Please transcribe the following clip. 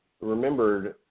remembered